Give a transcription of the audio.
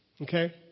okay